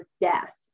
death